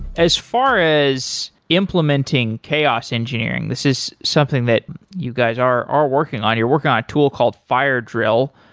as far as implementing chaos engineering, this is something that you guys are are working on. you're working on a tool called fire drill,